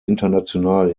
international